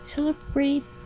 Celebrate